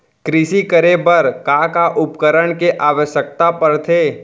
कृषि करे बर का का उपकरण के आवश्यकता परथे?